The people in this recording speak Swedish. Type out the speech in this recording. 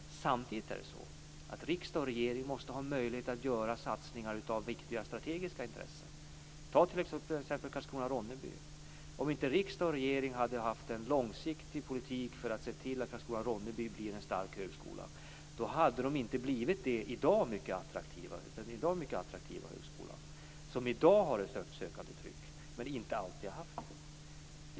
Samtidigt är det så att riksdag och regering måste ha möjlighet att göra satsningar av viktiga strategiska intressen. Som exempel kan vi ta Karlskrona Ronneby blir en stark högskola så hade den inte blivit denna i dag mycket attraktiva högskola som har ett högt sökandetryck - men som inte alltid har haft det.